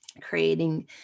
creating